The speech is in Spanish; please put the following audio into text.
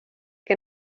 que